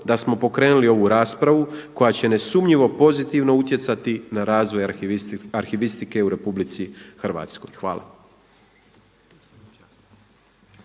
da smo pokrenuli ovu raspravu koja će nesumnjivo pozitivno utjecati na razvoj arhivistike u RH. Hvala.